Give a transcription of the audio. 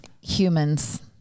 humans